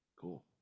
Cool